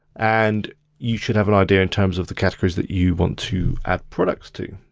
and you should have an idea in terms of the categories that you want to add product to.